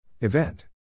Event